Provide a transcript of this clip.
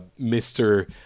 Mr